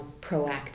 proactive